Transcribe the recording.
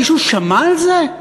מישהו שמע על זה?